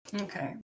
Okay